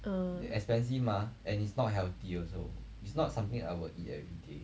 ah